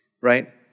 Right